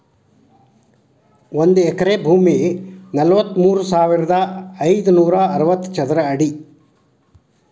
ಒಂದ ಎಕರೆ ಭೂಮಿ ನಲವತ್ಮೂರು ಸಾವಿರದ ಐದನೂರ ಅರವತ್ತ ಚದರ ಅಡಿ